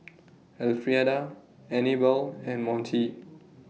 Elfrieda Anibal and Monty